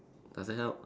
I stand up